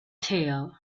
tail